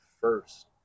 first